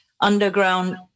underground